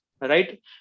right